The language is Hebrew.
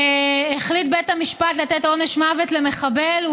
החליט בית המשפט לתת עונש מוות למחבל.